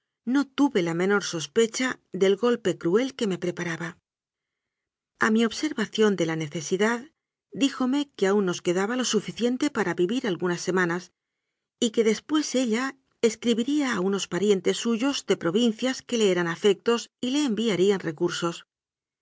no tuve la menor sospecha del golpe cruel que me preparaba a mi observa ción de la necesidad dijome que aún nos quedaba lo suficiente para vivir algunas semanas y que des pués ella escribiría a unos parientes suyos de pro vincias que le eran afectos y le enviarían recur